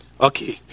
Okay